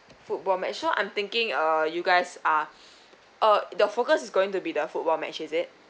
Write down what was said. football match so I'm thinking uh you guys are uh the focus is going to be the football match is it